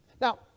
Now